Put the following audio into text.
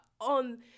on